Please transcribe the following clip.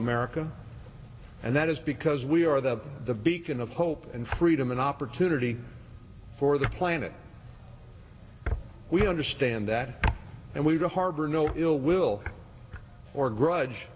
america and that is because we are the the beacon of hope and freedom and opportunity for the planet we understand that and we to harbor no ill will or grudge